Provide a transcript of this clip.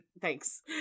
Thanks